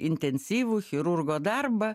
intensyvų chirurgo darbą